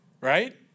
right